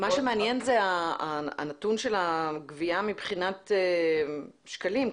מה שמעניין זה הנתון של הגבייה מבחינת שקלים,